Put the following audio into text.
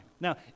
Now